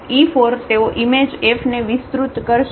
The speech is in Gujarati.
તેથી હવે આપણે જાણીએ છીએ કે આ Fe1Fe2Fe3Fe4 તેઓ ઈમેજ F ને વિસ્તૃત કરશે